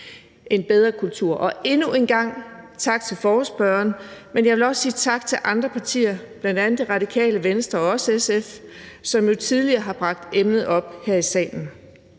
en bedre kultur. Endnu en gang tak til forespørgerne, men jeg vil også sige tak til andre partier, bl.a. Det Radikale Venstre og også SF, som jo tidligere har bragt emnet op her i salen.